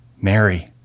Mary